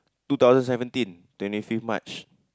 two thousand seventeen twenty fifty March